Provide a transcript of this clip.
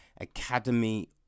Academy